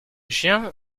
chien